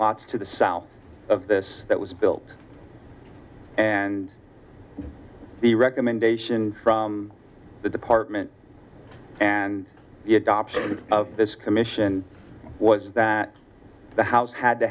blocks to the south of this that was built and the recommendation from the department and the adoption of this commission was that the house had to